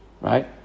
Right